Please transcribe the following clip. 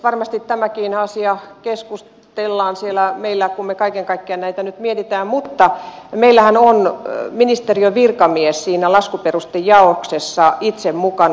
varmasti tämäkin asia keskustellaan meillä kun me kaiken kaikkiaan näitä nyt mietimme mutta meillähän on ministeriön virkamies siinä laskuperustejaoksessa itse mukana